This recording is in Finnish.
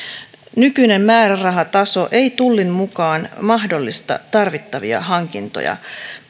nykyinen määrärahataso ei tullin mukaan mahdollista tarvittavia hankintoja